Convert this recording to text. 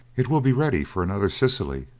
it will be ready for another cecily,